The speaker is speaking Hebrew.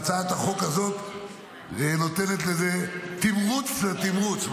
והצעת החוק הזאת נותנת תמרוץ לתמרוץ,